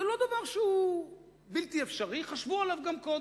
זה לא דבר שהוא בלתי אפשרי, חשבו עליו גם קודם.